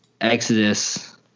Exodus